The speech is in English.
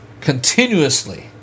continuously